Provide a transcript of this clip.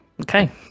Okay